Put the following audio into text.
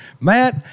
matt